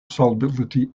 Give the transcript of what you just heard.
solubility